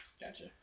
Gotcha